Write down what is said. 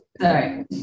Sorry